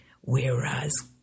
Whereas